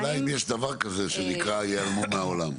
השאלה אם יש דבר כזה שנקרא "ייעלמו מהעולם"?